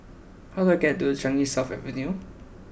how I get to Changi South Avenue